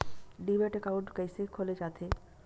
Demat account कइसे खोले जाथे?